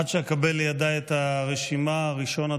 עד שאקבל לידיי את הרשימה, ראשון הדוברים,